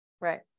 Right